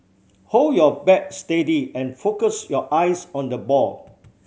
hold your bat steady and focus your eyes on the ball